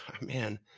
man